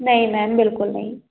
नहीं मैम बिल्कुल नहीं